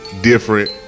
different